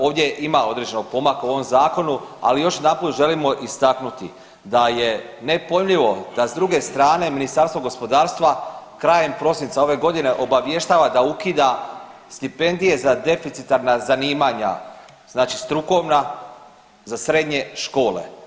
Ovdje ima određenog pomaka u ovom zakonu, ali još jedanput želimo istaknuti da je nepojmljivo da s druge strane Ministarstvo gospodarstva krajem prosinca ove godine obavještava da ukida stipendije za deficitarna zanimanja, znači strukovna za srednje škole.